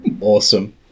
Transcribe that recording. Awesome